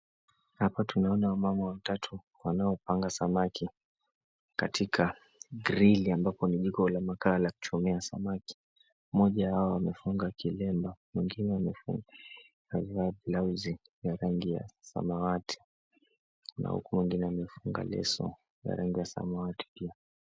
Hapa tunaona wamama watatu wanaopanga samaki katika grili ambapo ni jiko la makaa la kuchomea samaki. Mmoja wao amefunga kilemba mwengine amevaa blausi ya rangi ya samawati na huku wengine wamefunga leso za rangi ya samawati pia.